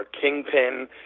kingpin